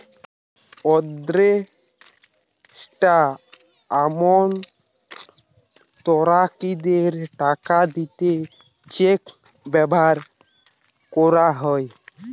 আদেষ্টা আমানতকারীদের টাকা দিতে চেক ব্যাভার কোরা হয়